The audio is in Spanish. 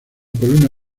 columna